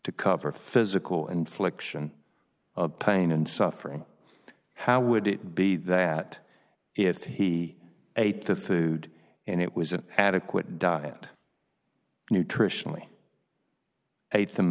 to cover physical infliction of pain and suffering how would it be that if he ate the food and it was an adequate diet nutritionally